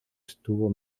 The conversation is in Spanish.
estuvo